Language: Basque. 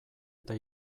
eta